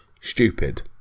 stupid